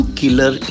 killer